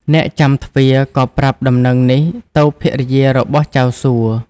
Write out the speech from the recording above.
អ្នកចាំទ្វារក៏ប្រាប់ដំណឹងនេះទៅភរិយារបស់ចៅសួ។